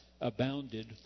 abounded